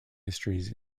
histories